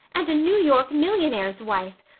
and a new york millionaire's wife.